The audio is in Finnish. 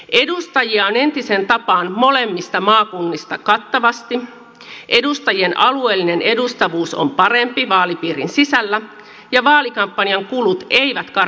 edustajia on entiseen tapaan molemmista maakunnista kattavasti edustajien alueellinen edustavuus on parempi vaalipiirin sisällä ja vaalikampanjan kulut eivät karanneet käsistä